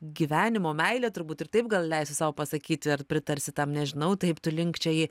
gyvenimo meile turbūt ir taip gal leisiu sau pasakyti ar pritarsi tam nežinau taip tu linkčioji